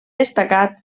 destacat